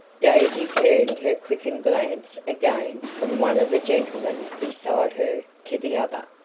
daisy turned her quickened glance again from one of the gentlemen beside her to the other.